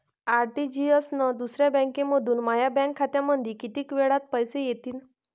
RTGS न दुसऱ्या बँकेमंधून माया बँक खात्यामंधी कितीक वेळातं पैसे येतीनं?